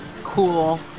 cool